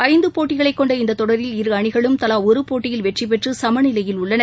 ஐந்து போட்டிகளைக் கொண்ட இந்த தொடரில் இரு அணிகளும் தலா ஒரு போட்டியில் வெற்றி பெற்று சம நிலையில் உள்ளன